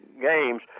games